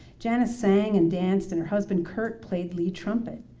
janice sang and danced and her husband kurt played lead trumpet.